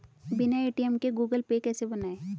बिना ए.टी.एम के Google pay कैसे बनायें?